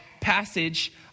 passage